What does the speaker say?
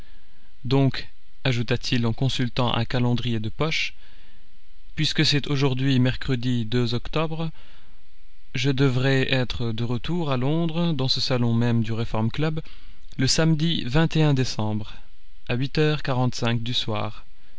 donc ajouta-t-il en consultant un calendrier de poche puisque c'est aujourd'hui mercredi octobre je devrai être de retour à londres dans ce salon même du reform club le samedi décembre à huit heures quarante-cinq du soir